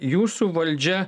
jūsų valdžia